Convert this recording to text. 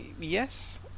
Yes